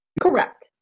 correct